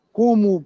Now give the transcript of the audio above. como